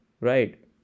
right